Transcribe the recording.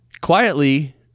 Quietly